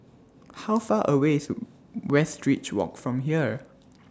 How Far away IS Westridge Walk from here